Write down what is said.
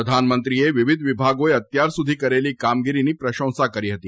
પ્રધાનમંત્રીએ વિવિધ વિભાગોએ અત્યાર સુધી કરેલી કામગીરીની પ્રશંસા કરી હતી